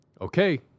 okay